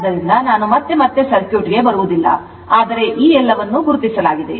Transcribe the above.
ಆದ್ದರಿಂದ ಮತ್ತೆ ಮತ್ತೆ ನಾನು ಸರ್ಕ್ಯೂಟ್ಗೆ ಬರುವುದಿಲ್ಲ ಆದರೆ ಎಲ್ಲವನ್ನೂ ಗುರುತಿಸಲಾಗಿದೆ